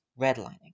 redlining